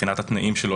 מבחינת התנאים שלו,